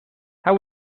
how